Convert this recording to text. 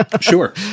Sure